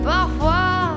Parfois